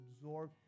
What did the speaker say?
absorb